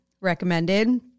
recommended